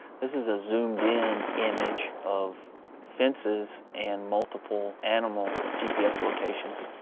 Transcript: this is a zoomed in image of fences and multiple animal gps locations.